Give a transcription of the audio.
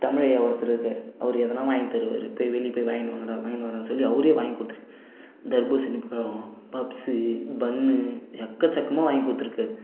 தமிழ் ஐயா ஒருத்தர் இருக்கார் அவர் எதுனா வாங்கி தருவார் போய் வெளியே போய் வாங்கிட்டு வாங்கடா வாங்கிட்டு வாங்கடான்னு சொல்லி அவரே வாங்கி கொடுத்து தர்பூசிணி பழம் பப்ஸு பன்னு எக்கச்சக்கமா வாங்கி கொடுத்துருக்காரு